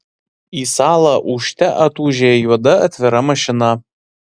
į salą ūžte atūžė juoda atvira mašina